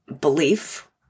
belief